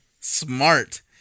smart